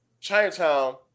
Chinatown